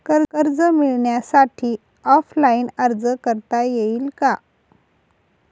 कर्ज मिळण्यासाठी ऑफलाईन अर्ज करता येईल का?